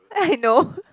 no